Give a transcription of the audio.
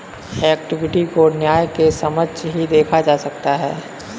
equity को न्याय के समक्ष ही देखा जा सकता है